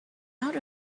out